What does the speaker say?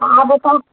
अब